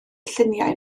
lluniau